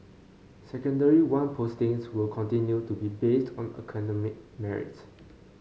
Secondary One postings will continue to be based on academic merit